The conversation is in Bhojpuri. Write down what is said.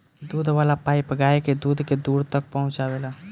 दूध वाला पाइप गाय के दूध के दूर तक पहुचावेला